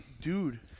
Dude